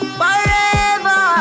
forever